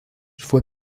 fue